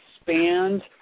expand